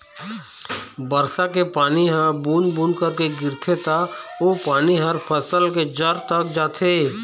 बरसा के पानी ह बूंद बूंद करके गिरथे त ओ पानी ह फसल के जर तक जाथे